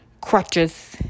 crutches